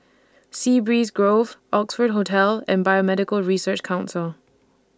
Sea Breeze Grove Oxford Hotel and Biomedical Research Council